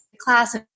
class